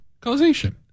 causation